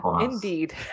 indeed